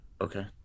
okay